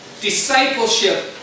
Discipleship